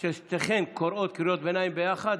כששתיכן קוראת קריאות ביניים ביחד,